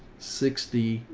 sixty,